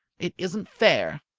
it isn't fair!